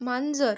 मांजर